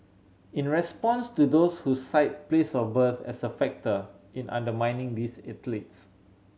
in response to those who cite place of birth as a factor in undermining these athletes